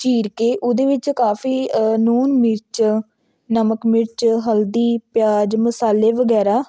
ਚੀਰ ਕੇ ਉਹਦੇ ਵਿੱਚ ਕਾਫੀ ਨੂਨ ਮਿਰਚ ਨਮਕ ਮਿਰਚ ਹਲਦੀ ਪਿਆਜ ਮਸਾਲੇ ਵਗੈਰਾ